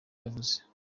yavuze